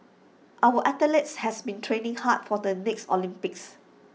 our athletes has been training hard for the next Olympics